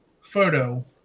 photo